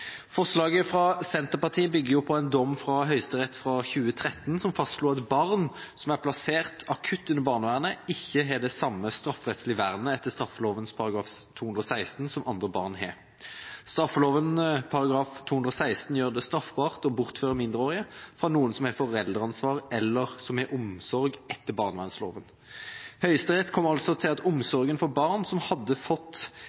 Forslaget fra Senterpartiet og Arbeiderpartiet bygger på en dom fra Høyesterett fra 2013 som fastslo at barn som er plassert akutt under barnevernet, ikke har det samme strafferettslige vernet etter straffeloven § 216 som andre barn har. Straffeloven § 216 gjør det straffbart å bortføre mindreårige fra noen som har foreldreansvaret, eller som har omsorg etter barnevernsloven. Høyesterett kom altså til at omsorgen for barn som hadde fått